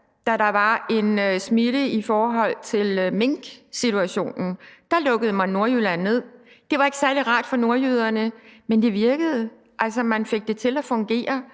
da der var en smitte i forbindelse med minksituationen. Der lukkede man Nordjylland ned. Det var ikke særlig rart for nordjyderne, men det virkede. Altså, man fik det til at fungere.